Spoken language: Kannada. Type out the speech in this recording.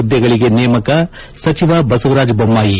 ಹುದ್ದೆಗಳಗೆ ನೇಮಕ ಸಚಿವ ಬಸವರಾಜ ಬೊಮ್ಯಾಯಿ